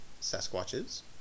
Sasquatches